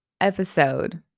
episode